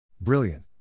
Brilliant